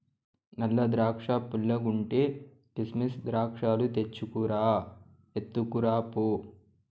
నల్ల ద్రాక్షా పుల్లగుంటే, కిసిమెస్ ద్రాక్షాలు తెచ్చుకు రా, ఎత్తుకురా పో